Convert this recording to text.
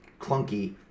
clunky